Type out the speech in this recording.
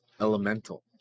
Elemental